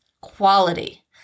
quality